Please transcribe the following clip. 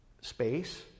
space